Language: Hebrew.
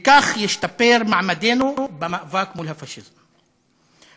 וכך ישתפר מעמדנו במאבק מול הפאשיזם".